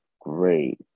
great